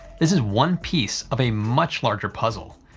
this is one piece of a much larger puzzle.